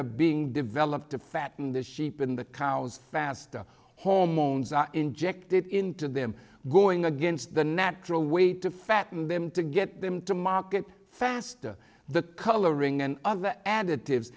are being developed to fatten the sheep in the cows faster hormones are injected into them going against the natural way to fatten them to get them to market faster the coloring and other additives